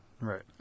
Right